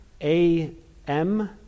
A-M